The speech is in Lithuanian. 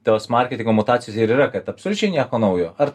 tos marketingo mutacijos ir yra kad absoliučiai nieko naujo ar